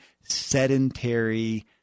sedentary